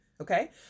Okay